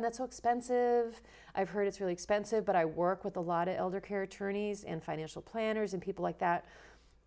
that's so expensive i've heard it's really expensive but i work with a lot of elder care tourney's in financial planners and people like that